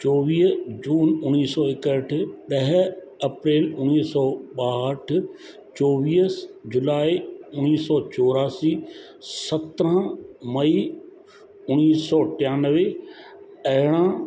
चोवीह जून उणिवीह सौ एकटीह ॾह अप्रैल उणिवीह सौ ॿाहठि चोवीह जुलाई उणिवीह सौ चौरासी सत्रहं मई उणिवीह सौ टियानवे अरिड़हं